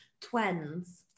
Twins